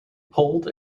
pulled